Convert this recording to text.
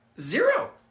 Zero